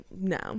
no